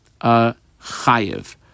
Chayev